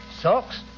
socks